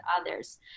others